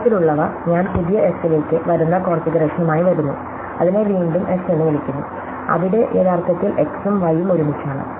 അത്തരത്തിലുള്ളവ ഞാൻ പുതിയ എസ് ലേക്ക് വരുന്ന കോൺഫിഗറേഷനുമായി വരുന്നു അതിനെ വീണ്ടും എസ് എന്ന് വിളിക്കുന്നു അവിടെ യഥാർത്ഥത്തിൽ x ഉം y ഉം ഒരുമിച്ചാണ്